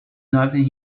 nothing